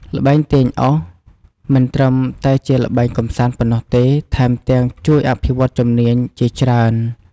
ល្បែងទាញអុស មិនត្រឹមតែជាល្បែងកម្សាន្តប៉ុណ្ណោះទេ ថែមទាំងជួយអភិវឌ្ឍជំនាញជាច្រើន